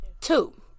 Two